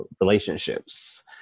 relationships